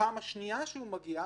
בפעם השנייה שהוא מגיע,